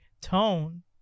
tone